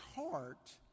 heart